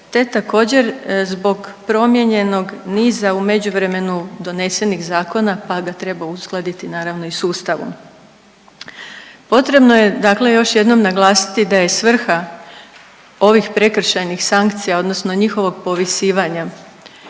te također, zbog promijenjenog niza u međuvremenu donesenih zakona pa ga treba uskladiti naravno i s Ustavom. Potrebno je dakle još jednom naglasiti da je svrha ovih prekršajnih sankcija odnosno njihovog povisivanja